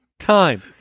time